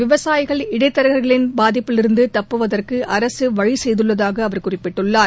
விவசாயிகள் இடைதரகர்களின் பாதிப்பிலிருந்து தப்புவதற்கு அரசு வழி செய்துள்ளதாக அவர் குறிப்பிட்டுள்ளார்